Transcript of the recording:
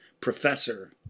professor